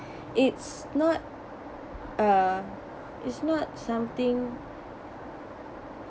it's not uh it's not something